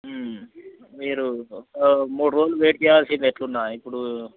మీరు మూడు రోజులు వెయిట్ చేయాల్సిందే ఎట్లున్నా ఇప్పుడు